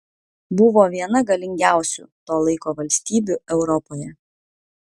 buvo viena galingiausių to laiko valstybių europoje